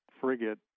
frigate